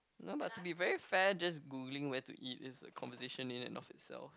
no but to be very fair just Googling where to eat it's a conversation in an of itselft